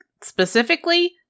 specifically